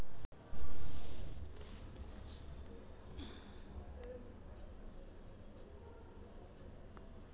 जिस मिट्टी में लिली उगाई जाती है वह नम होनी चाहिए